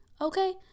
okay